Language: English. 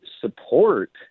support